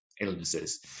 illnesses